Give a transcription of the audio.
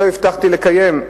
לא הבטחתי לקיים.